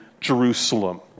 Jerusalem